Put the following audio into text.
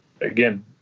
again